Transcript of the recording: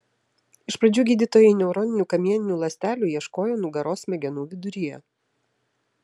iš pradžių gydytojai neuroninių kamieninių ląstelių ieškojo nugaros smegenų viduryje